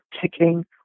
ticking